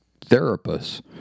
Therapists